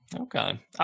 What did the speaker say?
Okay